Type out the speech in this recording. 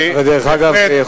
בהחלט.